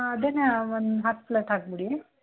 ಅದನ್ನು ಒಂದು ಹತ್ತು ಪ್ಲೇಟ್ ಹಾಕ್ಬಿಡಿ